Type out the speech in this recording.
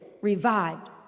revived